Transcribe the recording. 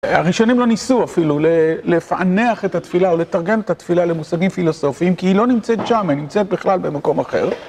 הראשונים לא ניסו אפילו לפענח את התפילה או לתרגם את התפילה למושגים פילוסופיים, כי היא לא נמצאת שם, היא נמצאת בכלל במקום אחר.